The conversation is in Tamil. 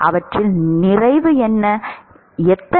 அவற்றில் நிறைய எத்தனை